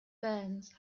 burns